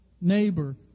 neighbor